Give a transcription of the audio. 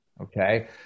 Okay